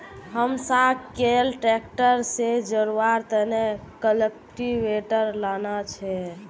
हमसाक कैल ट्रैक्टर से जोड़वार तने कल्टीवेटर लाना छे